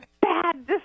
bad